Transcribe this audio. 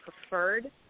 preferred